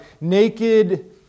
naked